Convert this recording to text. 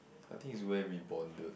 I think is where we bonded